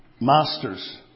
masters